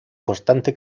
constante